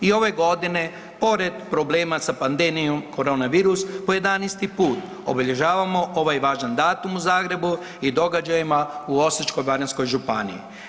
I ove godine pored problema sa pandemijom koronavirus po 11. put obilježavamo ovaj važan datum u Zagrebu i događajima u Osječko-baranjskoj županiji.